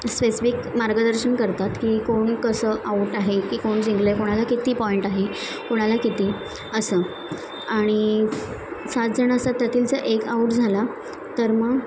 specific मार्गदर्शन करतात की कोण कसं आउट आहे की कोण जिंकलं आहे कोणाला किती पॉईंट आहे कोणाला किती असं आणि सात जण असतात त्यातील जर एक आउट झाला तर मग